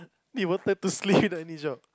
they wanted to slip any job